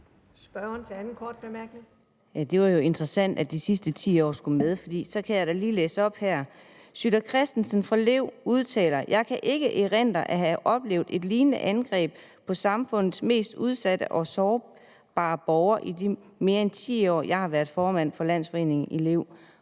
Det var jo interessant, at de sidste 10 år skulle med, for så kan jeg da lige læse op her. Sytter Kristensen fra LEV udtaler: Jeg kan ikke erindre at have oplevet et lignende angreb på samfundets mest udsatte og sårbare borgere i de mere end 10 år, jeg har været formand for Landsforeningen LEV.